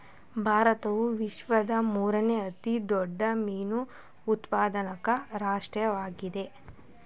ಭಾರತವು ವಿಶ್ವದ ಮೂರನೇ ಅತಿ ದೊಡ್ಡ ಮೀನು ಉತ್ಪಾದಕ ರಾಷ್ಟ್ರವಾಗಿದೆ